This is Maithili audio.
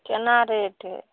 कोना रेट